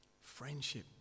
Friendship